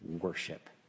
worship